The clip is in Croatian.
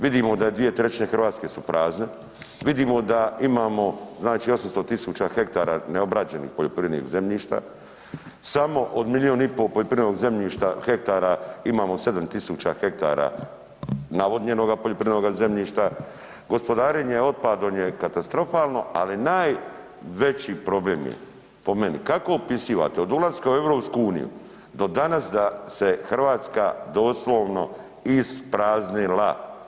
Vidimo da je 2/3 Hrvatske su prazne, vidimo da imamo znači 800 000 ha neobrađenih poljoprivrednih zemljišta, samo od milijun i pol poljoprivrednog zemljišta hektara, imamo 7000 ha navodnjenoga poljoprivrednoga zemljišta, gospodarenje otpadom je katastrofalno ali najveći problem je po meni, kako opisivate od ulaska u EU do danas da se Hrvatska doslovno ispraznila?